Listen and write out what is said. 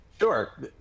Sure